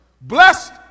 Blessed